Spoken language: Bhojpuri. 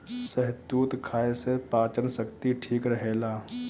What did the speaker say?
शहतूत खाए से पाचन शक्ति ठीक रहेला